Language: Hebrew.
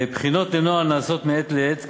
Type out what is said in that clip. בחינות לנוהל נעשות מעת לעת.